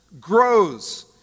grows